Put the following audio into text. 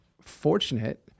fortunate